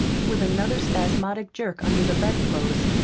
with another spasmodic jerk under the bedclothes,